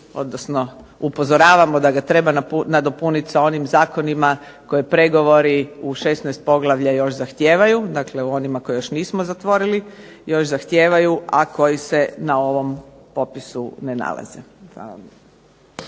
odnosno upozoravamo da ga treba nadopuniti sa onim zakonima koje pregovori u 16 poglavlja još zahtijevaju, dakle u onima koje još nismo zatvorili, još zahtijevaju a koji se na ovom popisu ne nalaze.